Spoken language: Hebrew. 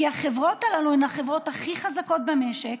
כי החברות הללו הן החברות הכי חזקות במשק,